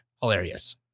Hilarious